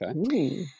okay